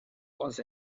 was